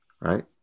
Right